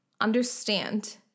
understand